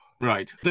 right